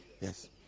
Yes